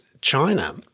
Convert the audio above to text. China